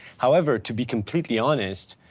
however, to be completely honest,